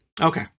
Okay